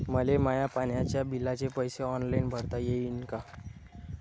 मले माया पाण्याच्या बिलाचे पैसे ऑनलाईन भरता येईन का?